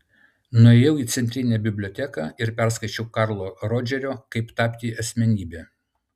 nuėjau į centrinę biblioteką ir perskaičiau karlo rodžerio kaip tapti asmenybe